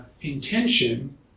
intention